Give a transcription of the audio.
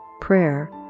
prayer